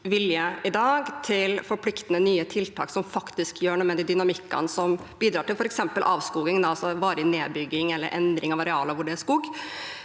i dag til forpliktende, nye tiltak som faktisk gjør noe med de dynamikkene som bidrar til f.eks. avskoging, altså varig nedbygging eller endring av arealer hvor det er skog.